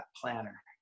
planner